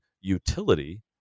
utility